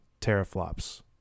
teraflops